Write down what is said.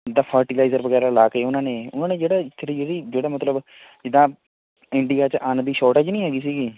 ਜਿੱਦਾਂ ਫਰਟੀਲਾਈਜਰ ਵਗੈਰਾ ਲਾ ਕੇ ਉਹਨਾਂ ਨੇ ਉਹਨਾਂ ਨੇ ਜਿਹੜਾ ਇੱਥੇ ਦੀ ਜਿਹੜੀ ਜਿਹੜਾ ਮਤਲਬ ਜਿੱਦਾਂ ਇੰਡੀਆ 'ਚ ਅੰਨ ਦੀ ਸ਼ੌਰਟੇਜ ਨਹੀਂ ਹੈਗੀ ਸੀਗੀ